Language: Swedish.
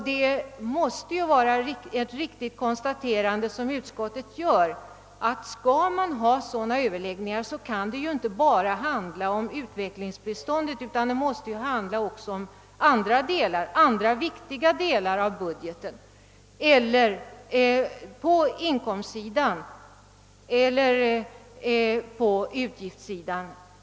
Det måste vara ett riktigt konstaterande som utskottsmajoriteten gör, att skall sådana överläggningar hållas, kan de inte gälla bara utvecklingsbiståndet utan de måste innefatta också andra viktiga delar av budgeten — på inkomstsidan eller på utgiftssidan.